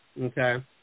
Okay